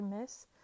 miss